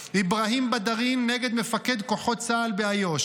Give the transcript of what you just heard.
אבארהים בדארין נגד מפקד כוחות צה"ל באיו"ש,